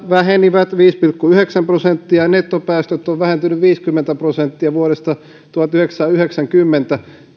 vähenivät viisi pilkku yhdeksän prosenttia nettopäästöt ovat vähentyneet viisikymmentä prosenttia vuodesta tuhatyhdeksänsataayhdeksänkymmentä